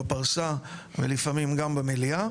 בפרסה ולפעמים גם במליאה.